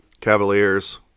Cavaliers